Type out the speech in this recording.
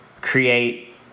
create